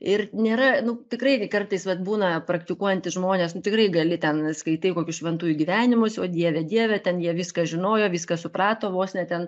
ir nėra nu tikrai kartais vat būna praktikuojantys žmonės nu tikrai gali ten skaitai kokius šventųjų gyvenimus o dieve dieve ten jie viską žinojo viską suprato vos ne ten